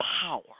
power